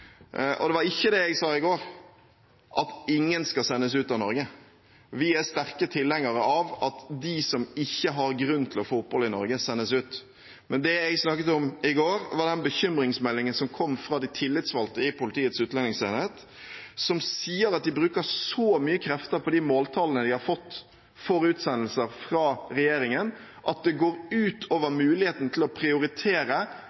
og det var ikke det jeg sa i går – at ingen skal sendes ut av Norge. Vi er sterke tilhengere av at de som ikke har grunn til å få opphold i Norge, sendes ut. Men det jeg snakket om i går, var den bekymringsmeldingen som kom fra de tillitsvalgte i Politiets utlendingsenhet, om at de bruker så mye krefter på de måltallene de har fått for utsendelser fra regjeringen, at det går ut over muligheten til å prioritere